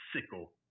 sickle